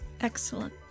Excellent